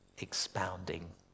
expounding